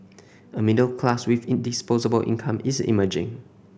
a middle class with in disposable income is emerging